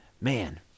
man